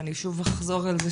אני שוב אחזור על זה,